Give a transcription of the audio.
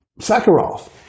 Sakharov